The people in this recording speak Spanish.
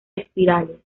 espirales